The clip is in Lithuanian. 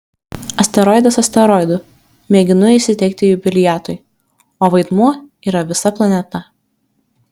asteroidas asteroidu mėginu įsiteikti jubiliatui o vaidmuo yra visa planeta